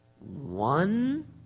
one